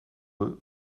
eux